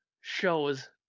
shows